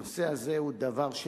הנושא הזה הוא דבר,